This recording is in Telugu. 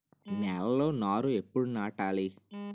నేలలో నారు ఎప్పుడు నాటాలి?